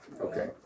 okay